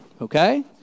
Okay